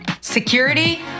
Security